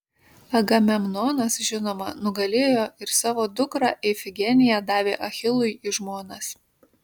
agamemnonas žinoma nugalėjo ir savo dukrą ifigeniją davė achilui į žmonas